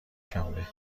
شنبه